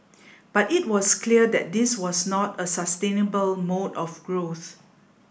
but it was clear that this was not a sustainable mode of growth